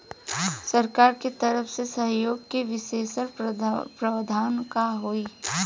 सरकार के तरफ से सहयोग के विशेष प्रावधान का हई?